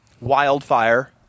Wildfire